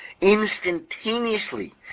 instantaneously